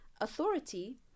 authority